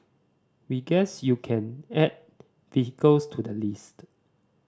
we guess you can add vehicles to the list